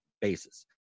basis